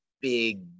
big